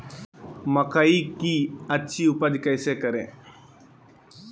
मकई की अच्छी उपज कैसे करे?